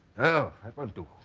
no that won't do